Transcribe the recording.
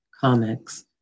comics